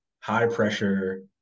high-pressure